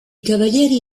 cavalieri